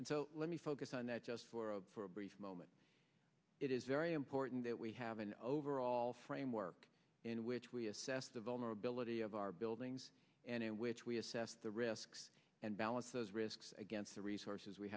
and so let me focus on that just for a brief moment it is very important that we have an overall framework in which we assess the vulnerability of our buildings and in which we assess the risks and balance those risks against the resources we